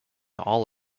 all